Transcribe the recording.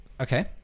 Okay